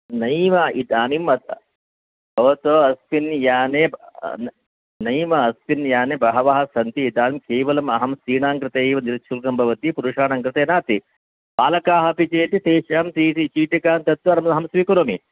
नैव इदानीं अत् भवतु अस्मिन् याने नैव अस्मिन् याने बहवः सन्ति इदानीं केवलं अहं स्त्रीणाङ्कृते एव निःशुल्कं भवति पुरुषाणाङ्कृते नास्ति बालकाः अपि चेत् तेषां चीटि चीटिकां दत्वा अहं स्वीकरोमि